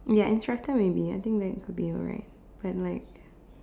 ya instructor maybe I think that could be alright but like